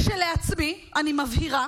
כשלעצמי, אני מבהירה